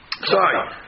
sorry